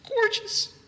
gorgeous